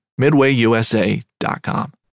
MidwayUSA.com